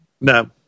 No